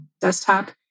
Desktop